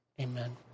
Amen